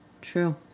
True